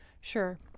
Sure